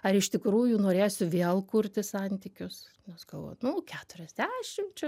ar iš tikrųjų norėsiu vėl kurti santykius galvot nu keturiasdešim čia